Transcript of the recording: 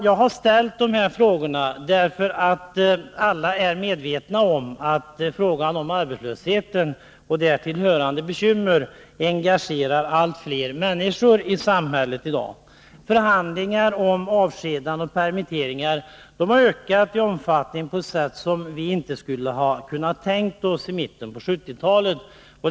Jag har ställt de här frågorna därför att alla är medvetna om att frågan om arbetslösheten och därtill hörande bekymmer engagerar allt fler människor i samhället i dag. Förhandlingar om avskedanden och permitteringar har ökat i omfattning på ett sätt som vi inte skulle ha kunnat tänka oss i mitten av 1970-talet.